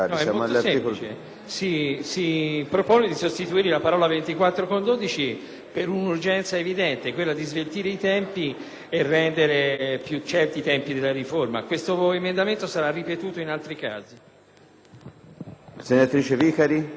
per un'urgenza evidente, quella di sveltire i tempi e rendere più certi i tempi della riforma. Questo emendamento sarà ripetuto in altri casi.